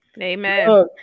Amen